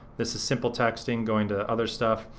this is simple texting going to other stuff.